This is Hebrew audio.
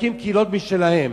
להקים קהילות משלהם.